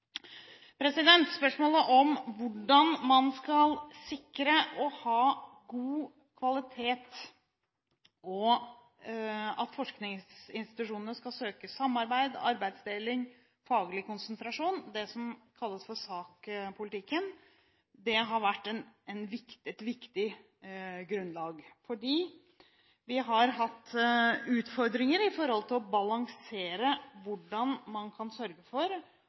Spørsmålet om hvordan man skal sikre god kvalitet, og at forskningsinstitusjonene skal søke samarbeid, arbeidsdeling og faglig konsentrasjon – det som kalles for SAK-politikken – har vært viktig, fordi vi har hatt utfordringer i forhold til å balansere hvordan man kan sørge for